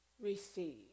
receive